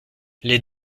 les